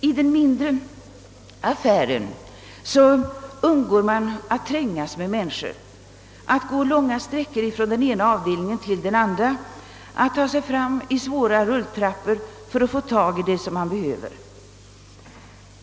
I den mindre affären slipper man att trängas med människor, att gå långa sträckor från den ena avdelningen till den andra, man behöver inte anlita besvärliga rulltrappor för att få tag i det man behöver.